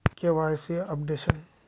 KYC updation?